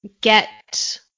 get